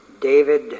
David